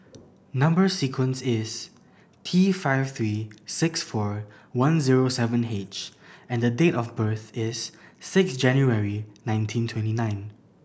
number sequence is T five three six four one zero seven H and date of birth is six January nineteen twenty nine